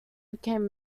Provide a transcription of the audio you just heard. became